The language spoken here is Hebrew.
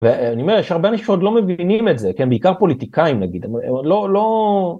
ואני אומר, יש הרבה אנשים שעוד לא מבינים את זה, כן, בעיקר פוליטיקאים נגיד, הם עוד לא לא...